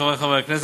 חברי חברי הכנסת,